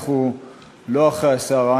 אנחנו לא אחרי הסערה,